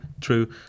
true